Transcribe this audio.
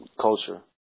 culture